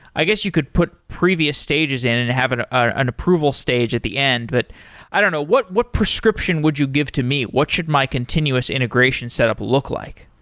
i guess you could put previous stages in and have an ah an approval stage at the end. but i don't know. what what prescription would you give to me? what should my continuous integration set up look like?